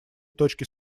точки